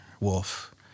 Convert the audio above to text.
Wolf